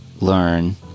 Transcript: learn